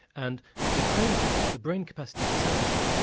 and the cranium the brain capacity itself,